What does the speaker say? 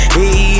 Hey